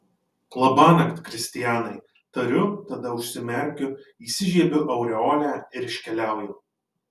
labanakt kristianai tariu tada užsimerkiu įsižiebiu aureolę ir iškeliauju